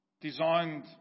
designed